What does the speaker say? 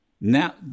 Now